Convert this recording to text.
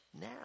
now